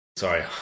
Sorry